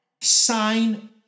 sign